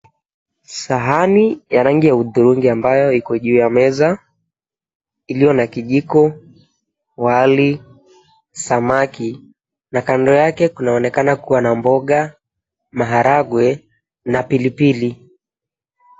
Sahani ya rangi ya udhuringi ambayo iko juu ya meza iliyo na kijiko wali samaki na kando yake kunaonekana kua na mboga, maharagwe na pilpili.